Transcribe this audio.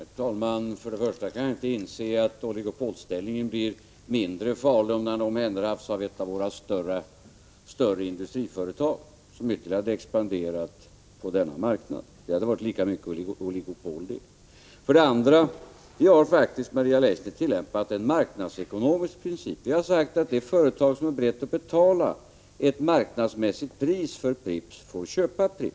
Herr talman! För det första kan jag inte inse att oligopolställningen skulle vara mindre farlig om den innehades av ett av våra större industriföretag som expanderat ytterligare på denna marknad. Det hade varit ett lika starkt oligopol. För det andra har vi faktiskt tillämpat en marknadsekonomisk princip. Vi har sagt att det företag som är berett att betala ett marknadsmässigt pris för Pripps får köpa det.